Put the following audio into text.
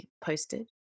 posted